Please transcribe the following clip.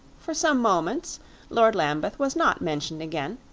for some moments lord lambeth was not mentioned again,